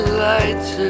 lights